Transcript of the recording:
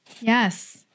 Yes